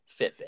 fitbit